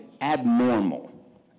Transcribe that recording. abnormal